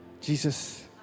Jesus